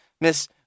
Miss